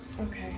Okay